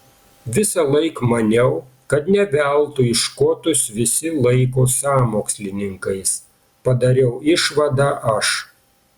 visąlaik maniau kad ne veltui škotus visi laiko sąmokslininkais padariau išvadą aš